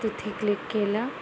तिथे क्लिक केला